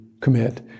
commit